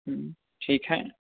ठीक हइ